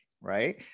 Right